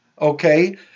Okay